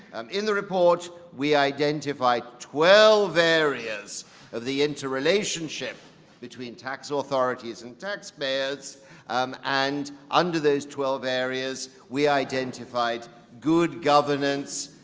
um in the report, we identify twelve areas of the interrelationship between tax so authorities and taxpayers um and, under those twelve areas, we identified good governance,